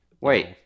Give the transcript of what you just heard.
Wait